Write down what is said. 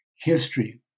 history